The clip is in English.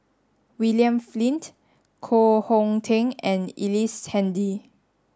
William Flint Koh Hong Teng and Ellice Handy